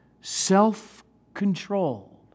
self-controlled